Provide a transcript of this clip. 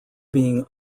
being